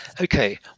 Okay